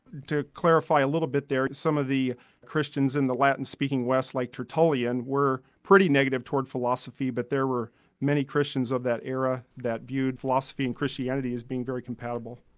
to clarify a little bit there, some of the christians in the latin-speaking west, like tertullian, were pretty negative towards philosophy but there were many christians of that era that viewed philosophy and christianity as being very compatible.